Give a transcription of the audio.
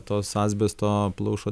tos asbesto plaušo